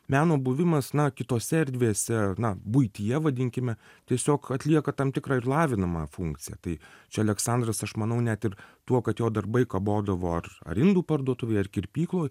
meno buvimas na kitose erdvėse na buityje vadinkime tiesiog atlieka tam tikrą ir lavinamąją funkciją tai čia aleksandras aš manau net ir tuo kad jo darbai kabodavo ar ar indų parduotuvėj ar kirpykloj